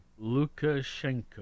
Lukashenko